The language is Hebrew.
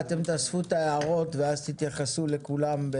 תאספו את ההערות ואז תתייחסו לכולן.